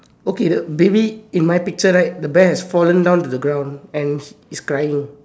okay the baby in my picture right the bear's fallen down to the ground it's crying